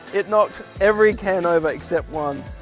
it knocked every can over except one